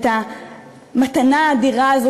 את המתנה האדירה הזאת,